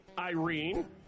Irene